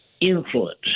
influence